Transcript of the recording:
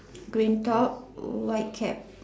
green top white cap